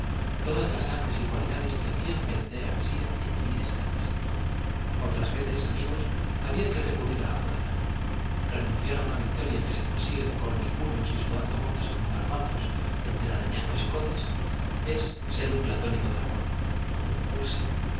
todas las artes y cualidades que hacían vencer a mesía en lides tales otras veces amigos había que recurrir a la fuerza renunciar a una victoria que se consigue con los puños y sudando gotas como garbanzos entre arañazos y coces es ser un platónico del amor un cursi